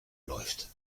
läuft